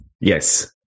yes